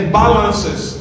balances